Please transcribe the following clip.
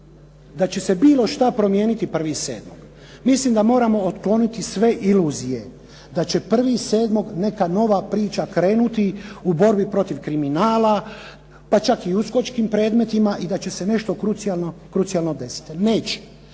da će se bilo šta promijeniti 1. 7. mislim da moramo otkloniti sve iluzije, da će 1. 7. neka nova priča krenuti u borbi protiv kriminala, pa čak i uskočkim predmetima i da će se nešto krucijalno desiti. Neće.